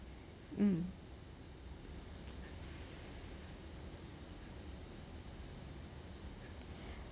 hmm